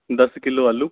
ਦਸ ਕਿੱਲੋ ਆਲੂ